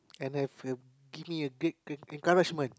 and have a give me a great great great encouragement